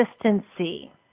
consistency